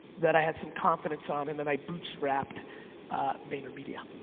that i had some confidence on, and then i bootstrapped vaynermedia.